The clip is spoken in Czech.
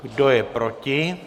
Kdo je proti?